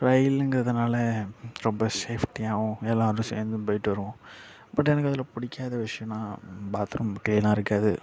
ரெயிலுங்கிறதுனால ரொம்ப சேஃப்டியாகவும் எல்லாரும் சேர்ந்தும் போயிட்டு வருவோம் பட் எனக்கு அதில் பிடிக்காத விஷியோன்னா பாத்ரூம் க்ளீனாக இருக்காது